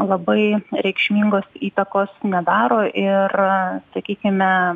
labai reikšmingos įtakos nedaro ir sakykime